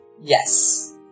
Yes